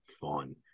fun